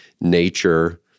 nature